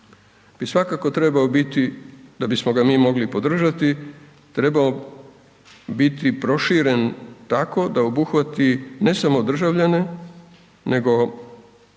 da bismo ga mi mogli podržati trebao biti proširen tako da obuhvati, ne samo državljane, nego